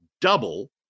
double